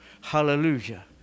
Hallelujah